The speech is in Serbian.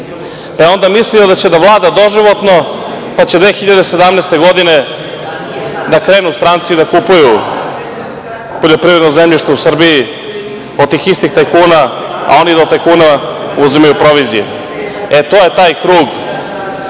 je onda mislio da će vladati doživotno, pa će 2017. godine da krenu stranci da kupuju poljoprivredno zemljište u Srbiji, od tih istih tajkuna, a oni od tajkuna uzimaju proviziju. To je taj krug